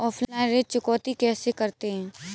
Offline ऋण चुकौती कैसे करते हैं?